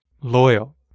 Loyal